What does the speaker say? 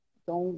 Então